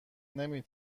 نمی